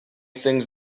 things